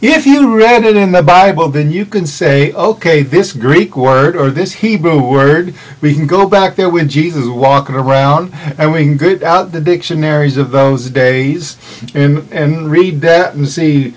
witness if you read it in the bible then you can say ok this greek word or this hebrew word we can go back there when jesus walking around i mean good out the dictionaries of those days and read that and see